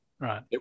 right